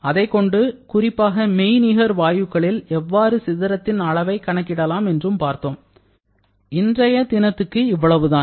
அதைக்கொண்டு குறிப்பாக மெய்நிகர்வாயுகளில் எவ்வாறு சிதறத்தின் அளவைக் கணக்கிடலாம் என்று பார்த்தோம் இன்றைய தினத்துக்கு இவ்வளவுதான்